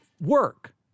work